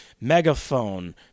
Megaphone